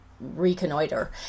reconnoiter